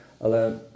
ale